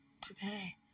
today